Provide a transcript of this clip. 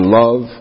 love